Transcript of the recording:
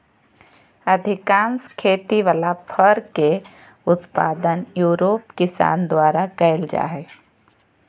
अधिकांश खेती वला फर के उत्पादन यूरोप किसान द्वारा कइल जा हइ